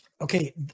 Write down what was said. okay